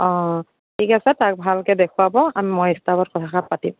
অ' ঠিক আছে তাক ভালকৈ দেখুৱাব মই ষ্টাফত কথাষাৰ পাতিম